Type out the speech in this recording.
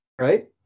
Right